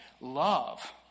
love